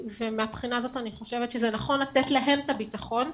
ומהבחינה הזאת אני חושבת שזה נכון לתת להם את הביטחון.